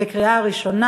בקריאה ראשונה.